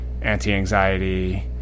anti-anxiety